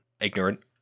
ignorant